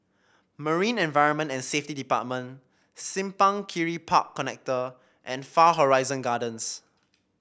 Marine Environment and Safety Department Simpang Kiri Park Connector and Far Horizon Gardens